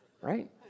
right